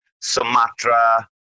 Sumatra